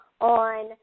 on